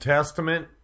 Testament